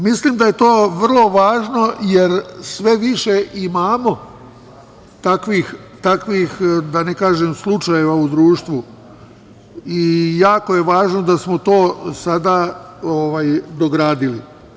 Mislim da je to vrlo važno, jer sve više imamo takvih, da ne kažem, slučajeva u društvu i jako je važno da smo to sada dogradili.